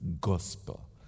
gospel